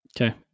okay